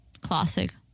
Classic